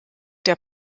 der